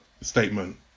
statement